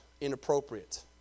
inappropriate